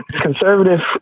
conservative